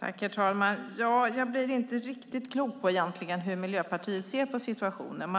Herr talman! Jag blir inte riktigt klok på hur Miljöpartiet egentligen ser på situationen.